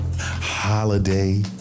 Holiday